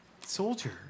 soldier